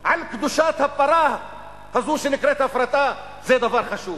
על קדושת הפרה הזו שנקראת הפרטה, זה דבר חשוב.